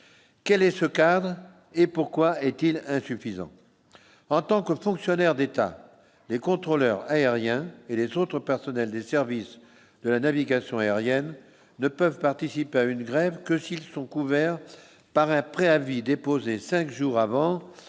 quel est ce cadre et pourquoi est-il insuffisant